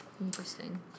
Interesting